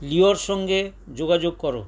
লিওর সঙ্গে যোগাযোগ করো